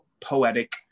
poetic